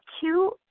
two